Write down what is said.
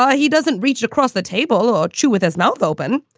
ah yeah he doesn't reach across the table or chew with his mouth open.